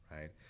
right